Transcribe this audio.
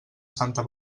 santa